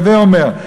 הווי אומר,